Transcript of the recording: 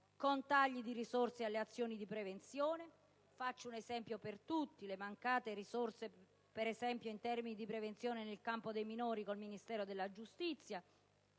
con tagli alle azioni di prevenzione. Faccio un esempio per tutti: le mancate risorse in termini di prevenzione nel campo dei minori con il Ministero della giustizia